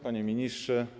Panie Ministrze!